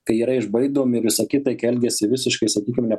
kai yra išbaidomi visa kita elgiasi visiškai sakykim ne